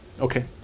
Okay